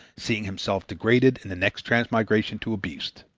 seeing himself degraded in the next transmigration to a beast.